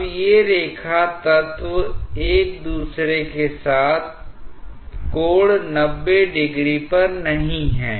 अब ये रेखा तत्व एक दूसरे के साथ कोण 90° पर नहीं हैं